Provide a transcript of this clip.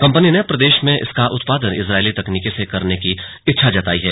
company ने प्रदेश में इसका उत्पादन इसराइली तकनीक से करने की इच्छा जताई है